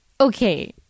Okay